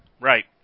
Right